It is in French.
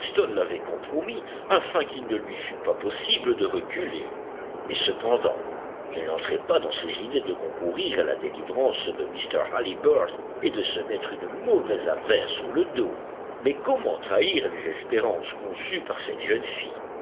l'avait compromis afin qu'il ne lui fût pas possible de reculer et cependant il n'entrait pas dans ses idées de concourir à la délivrance de mr halliburtt et de se mettre une mauvaise affaire sur le dos mais comment trahir les espérances conçues par cette jeune fille